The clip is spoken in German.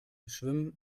schwimmen